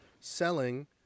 selling